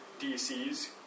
DCs